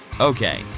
Okay